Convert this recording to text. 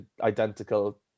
identical